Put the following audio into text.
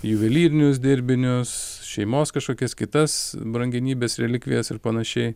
juvelyrinius dirbinius šeimos kažkokias kitas brangenybes relikvijas ir panašiai